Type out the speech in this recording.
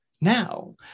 Now